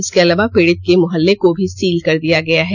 इसके अलावा पीड़ित के मुहल्ले को भी सील कर दिया गया है